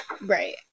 Right